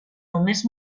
només